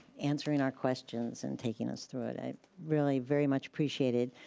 answering our questions, and taking us through it. i really very much appreciate it,